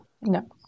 No